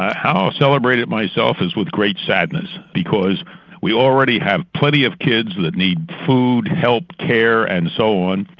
ah how i celebrate it myself is with great sadness because we already have plenty of kids that need food, help, care, and so on,